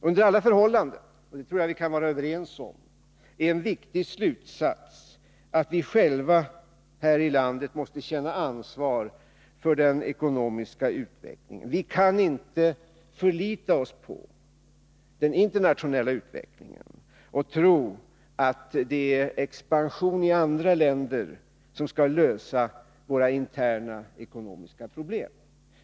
Under alla förhållanden — det tror jag vi kan vara överens om — är en viktig slutsats att vi själva här i landet måste känna ansvar för den ekonomiska utvecklingen. Vi kan inte förlita oss på den internationella utvecklingen och tro att expansionen i andra länder skall lösa våra interna ekonomiska problem.